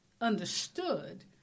understood